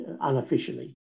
unofficially